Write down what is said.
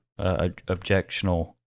objectional